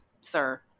sir